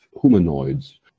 humanoids